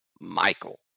Michael